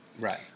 right